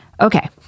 Okay